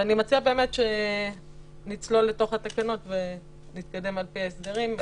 אני מציעה שנצלול לתוך התקנות ונתקדם על פי ההסדרים.